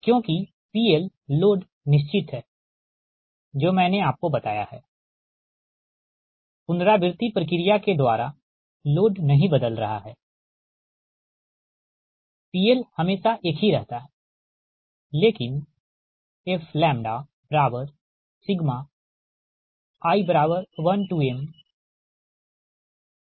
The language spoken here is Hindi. क्योंकि PL लोड निश्चित है जो मैंने आपको बताया हैपुनरावृति प्रक्रिया के द्वारा लोड नहीं बदल रहा है PL हमेशा एक ही रहता है लेकिन fi1mPgiK है